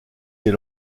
des